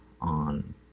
on